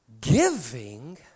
Giving